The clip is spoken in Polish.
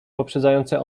poprzedzające